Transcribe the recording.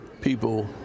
people